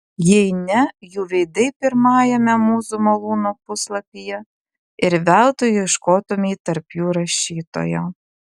jei ne jų veidai pirmajame mūzų malūno puslapyje ir veltui ieškotumei tarp jų rašytojo